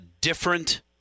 different